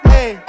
Hey